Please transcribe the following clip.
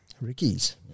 Ricky's